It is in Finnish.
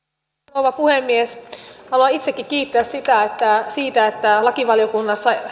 rouva puhemies haluan itsekin kiittää siitä että lakivaliokunnassa